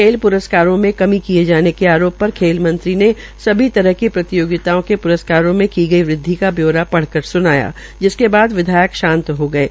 खेल प्रस्कार में कभी किये गये जाने के आरोप पर खेल मंत्री ने सभी तरह की प्रतियोगिताओं के प्रस्कारों में की गई वृदवि का ब्यौरा पढ़कर सुनाया जिसके बाद विधायक शांत हो गये